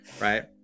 Right